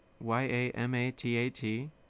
Y-A-M-A-T-A-T